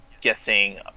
guessing